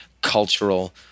cultural